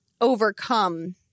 overcome